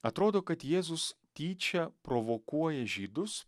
atrodo kad jėzus tyčia provokuoja žydus